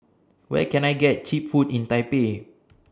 Where Can I get Cheap Food in Taipei